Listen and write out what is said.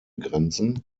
grenzen